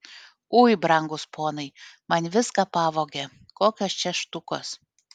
ui brangūs ponai man viską pavogė kokios čia štukos